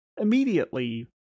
immediately